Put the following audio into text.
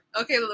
Okay